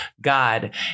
God